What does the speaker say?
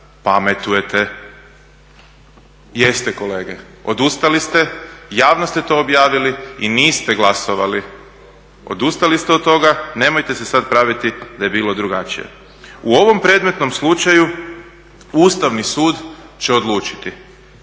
pametujete. Jeste kolege, odustali ste, javno ste to objavili i niste glasovali. Odustali ste od toga, nemojte se sad praviti da je bilo drugačije. U ovom predmetnom slučaju Ustavni sud će odlučiti